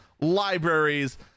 libraries